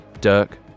Dirk